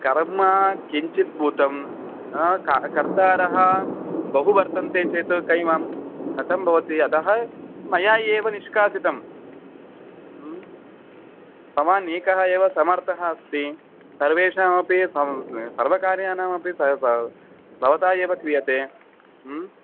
कर्म किञ्चिद्भूतं क कर्तारः बहु वर्तन्ते चेत् कयि मां कथं भवति अतः एव मया व निष्कासितं भवान् एकः एव समर्थः अस्ति सर्वेषामपि सर् सर्वकार्याणामपि भवता एव क्रियते